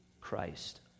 Christ